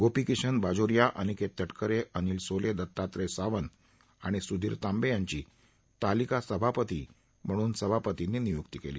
गोपिकीशन बाजोरिया अनिकेत तटकरे अनिल सोले दत्तात्रय सावंत आणि सुधीर तांवे यांची तालिका सभापती म्हणून सभापतींनी नियुक्ती केली